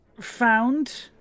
found